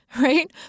right